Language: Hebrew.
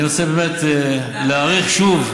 אני רוצה להעריך שוב,